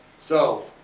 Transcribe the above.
so,